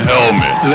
Helmet